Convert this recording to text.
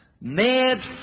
made